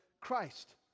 Christ